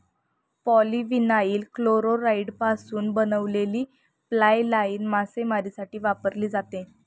polyvinyl क्लोराईडपासून बनवलेली fly line मासेमारीसाठी वापरली जाते